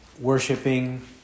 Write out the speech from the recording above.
Worshipping